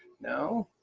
no.